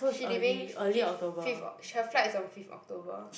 she leaving fifth fifth Oc~ her flight is on fifth October